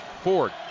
Ford